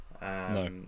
No